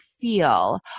feel